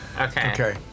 Okay